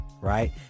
right